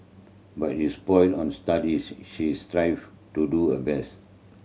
but it sport on studies she strive to do her best